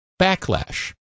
backlash